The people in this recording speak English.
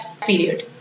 period